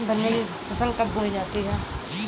गन्ने की फसल कब बोई जाती है?